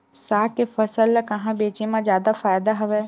साग के फसल ल कहां बेचे म जादा फ़ायदा हवय?